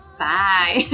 bye